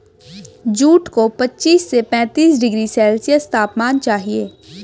jute को पच्चीस से पैंतीस डिग्री सेल्सियस तापमान चाहिए